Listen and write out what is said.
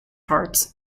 heart